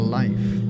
life